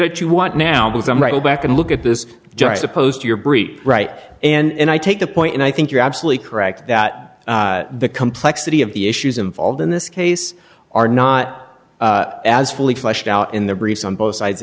unit you want now because i'm writing back and look at this juxtaposed to your brief right and i take the point and i think you're absolutely correct that the complexity of the issues involved in this case are not as fully fleshed out in the briefs on both sides